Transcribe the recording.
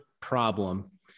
problem